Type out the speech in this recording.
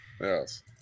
Yes